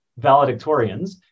valedictorians